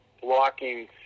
blocking